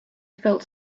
felt